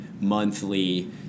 monthly